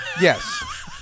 Yes